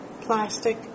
plastic